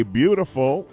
beautiful